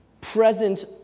present